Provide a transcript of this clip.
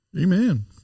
Amen